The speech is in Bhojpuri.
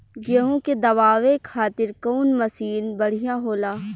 गेहूँ के दवावे खातिर कउन मशीन बढ़िया होला?